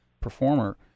performer